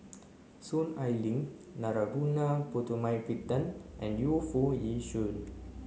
Soon Ai Ling Narana Putumaippittan and Yu Foo Yee Shoon